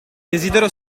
desidero